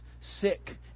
sick